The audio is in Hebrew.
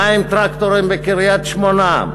מה עם טרקטורים בקריית-שמונה?